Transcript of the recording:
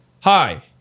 Hi